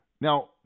Now